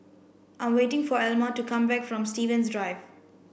I'm waiting for Elma to come back from Stevens Drive